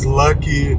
lucky